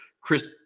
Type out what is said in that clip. Chris